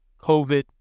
COVID